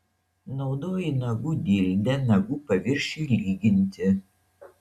naudoji nagų dildę nagų paviršiui lyginti